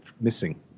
missing